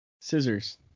scissors